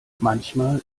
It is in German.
manchmal